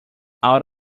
out